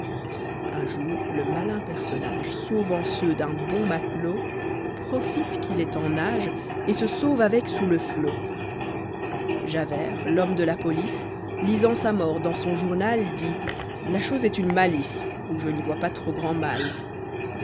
vu jour le malin personnage sauvant ceux d'un bon matelot profité qu'il est eu nage et se sauve avec sous le flot v javert l'homme de la police lisant sa mort dans son journal dit la chose est une malice ou je n'y vois pas trop grand mal